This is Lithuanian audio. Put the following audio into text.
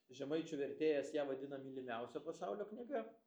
žemaičių vertėjas ją vadina mylimiausia pasaulio knyga